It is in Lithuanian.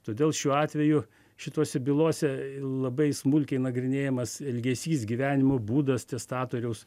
todėl šiuo atveju šitose bylose labai smulkiai nagrinėjamas elgesys gyvenimo būdas testatoriaus